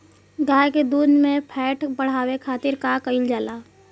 गाय के दूध में फैट बढ़ावे खातिर का कइल जाला?